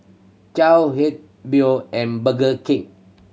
Biore and Burger Kid